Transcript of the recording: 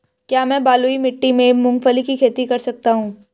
क्या मैं बलुई मिट्टी में मूंगफली की खेती कर सकता हूँ?